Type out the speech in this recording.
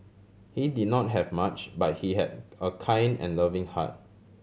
he did not have much but he had a kind and loving heart